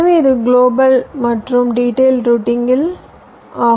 எனவே இது கிலோபல் மற்றும் டீடெயில் ரூட்டிங்கில் ஆகும்